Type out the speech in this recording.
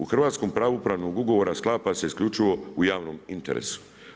U hrvatskom pravu upravnog ugovora sklapa se isključivo u javnom interesu.